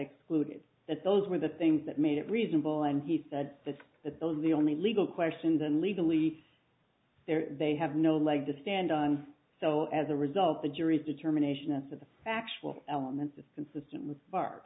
excluded that those were the things that made it reasonable and he said that the bill and the only legal question then legally there they have no leg to stand on so as a result the jury's determination as to the factual elements is consistent with far